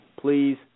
Please